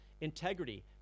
integrity